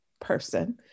person